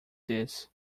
these